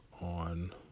on